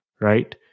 right